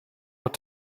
what